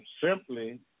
simply